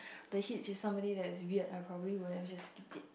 the hitch is somebody that is weird I probably would have just skipped it